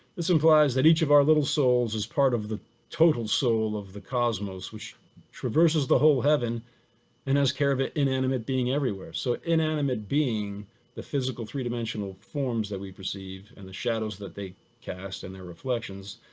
this implies that each of our little souls is part of the total soul of the cosmos which traverses the whole heaven and has care of ah inanimate being everywhere. so inanimate being the physical three dimensional forms that we've received and the shadows that they cast and their reflections.